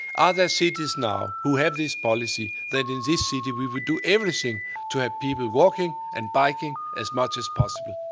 are there cities now who have this policy, that in this city we will do everything to have people walking and biking as much as possible?